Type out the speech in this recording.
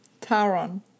Taron